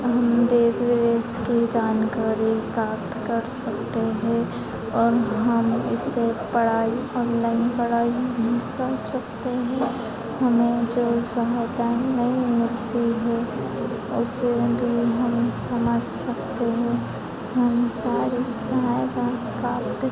हम देश विदेश की जानकारी प्राप्त कर सकते हैं और हम इससे पढ़ाई ओनलाइन पढ़ाई भी कर सकते हैं हमें जो सहायता नहीं मिलती है उसे भी हम समझ सकते हैं हम सारे सहायता प्राप्त